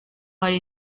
hari